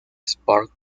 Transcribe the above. sport